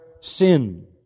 sin